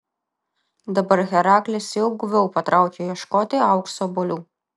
dabar heraklis jau guviau patraukė ieškoti aukso obuolių